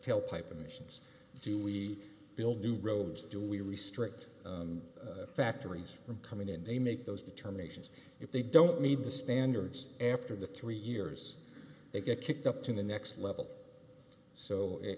tailpipe emissions do we build new roads do we restrict factories from coming in they make those determinations if they don't need the standards after the three years they get kicked up to the next level so i